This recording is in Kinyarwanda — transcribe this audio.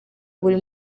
buri